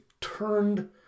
turned